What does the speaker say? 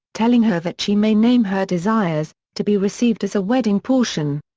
telling her that she may name her desires, to be received as a wedding portion.